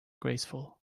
graceful